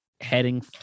heading